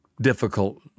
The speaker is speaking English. difficult